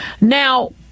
Now